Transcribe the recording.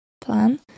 plan